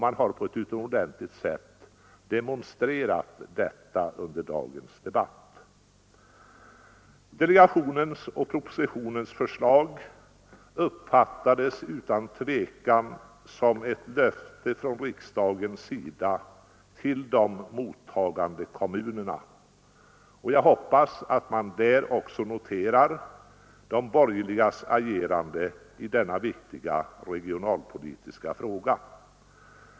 Man har på ett utomordentligt sätt demonstrerat detta i dagens debatt. Delegationens och propositionens förslag uppfattades utan tvivel som ett löfte från riksdagens sida till de mottagande kommunerna. Jag hoppas att man där också noterar de borgerligas agerande i denna viktiga regionalpolitiska fråga.